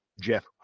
Jeff